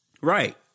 Right